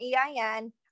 EIN